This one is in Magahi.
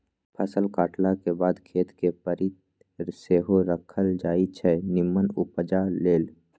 फसल काटलाके बाद खेत कें परति सेहो राखल जाई छै निम्मन उपजा लेल